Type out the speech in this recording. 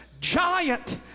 giant